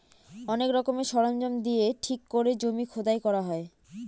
অনেক রকমের সরঞ্জাম দিয়ে ঠিক করে জমি খোদাই করা হয়